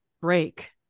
break